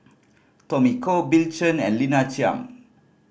Tommy Koh Bill Chen and Lina Chiam